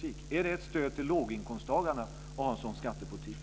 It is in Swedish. Är en sådan skattepolitik ett stöd till låginkomsttagarna, Lena Ek?